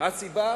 הסיבה